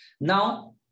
Now